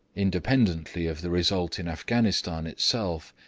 independently of the result in afghanistan itself,